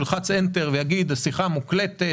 שהוא ילחץ "אנטר" ויגיד: זו שיחה מוקלטת,